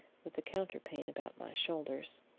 with the counterpane about my shoulders.